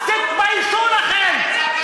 תתביישו לכם,